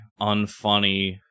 unfunny